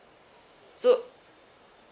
so